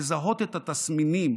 לזהות את התסמינים,